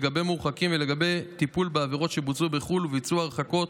לגבי מורחקים ולגבי טיפול בעבירות שבוצעו בחו"ל וביצוע הרחקות